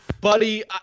Buddy